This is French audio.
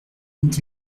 dont